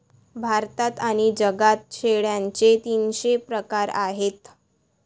भारतात आणि जगात शेळ्यांचे तीनशे प्रकार आहेत